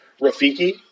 Rafiki